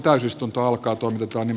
täysistunto alkaa tuon tytön